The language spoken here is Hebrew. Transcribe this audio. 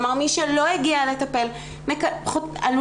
כלומר מי שלא הגיע לטיפול היא בסיכון